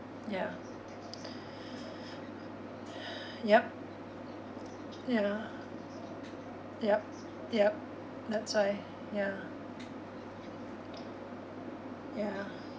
ya yup ya lor yup yup that's why ya ya